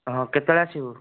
ହଁ କେତେବେଳେ ଆସିବୁ